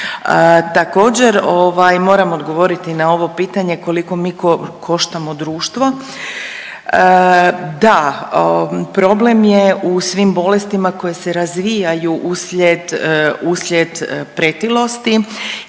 Također ovaj moram odgovoriti na ovo pitanje koliko mi koštamo društvo. Da, problem je u svim bolestima koje se razvijaju uslijed, uslijed pretilosti